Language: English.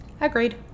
Agreed